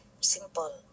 Simple